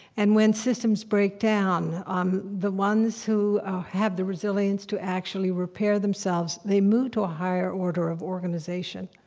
and when systems break down, um the ones who have the resilience to actually repair themselves, they move to a higher order of organization.